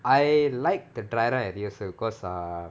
I like the dry run idea also because err